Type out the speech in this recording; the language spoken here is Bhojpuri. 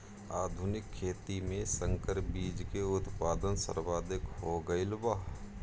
आधुनिक खेती में संकर बीज के उत्पादन सर्वाधिक हो गईल बा